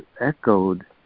echoed